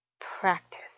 practice